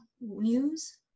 news